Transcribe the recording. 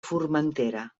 formentera